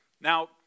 Now